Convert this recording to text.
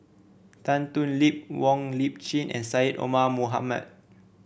Tan Thoon Lip Wong Lip Chin and Syed Omar Mohamed